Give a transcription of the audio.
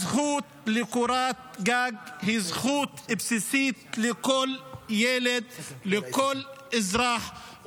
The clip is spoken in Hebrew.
הזכות לקורת גג היא זכות בסיסית לכל ילד ולכל אזרח.